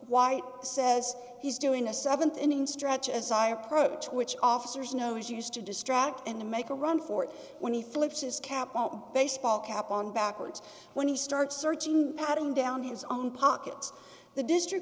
white says he's doing a th inning stretch as i approach which officers know is used to distract and to make a run for it when he flips his cap on the baseball cap on backwards when he starts searching pattern down his own pockets the district